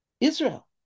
Israel